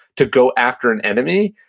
to go after an enemy,